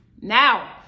now